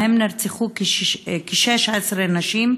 שבהם נרצחו 16 נשים,